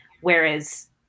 whereas